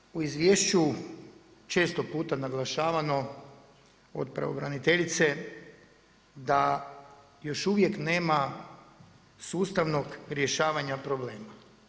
Ovdje je u izvješću često puta naglašavano od pravobraniteljice da još uvijek nema sustavnog rješavanja problema.